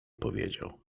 powiedział